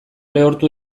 lehortu